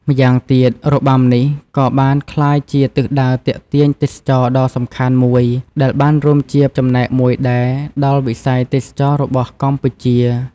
ម្យ៉ាងទៀត របាំនេះក៏បានក្លាយជាទិសដៅទាក់ទាញទេសចរណ៍ដ៏សំខាន់មួយ ដែលបានរួមជាចំណែកមួយដែរដល់វិស័យទេសចរណ៍របស់កម្ពុជា។